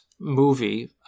movie